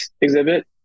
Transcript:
exhibit